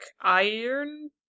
Iron